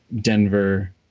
Denver